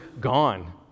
gone